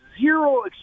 zero